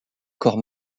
corps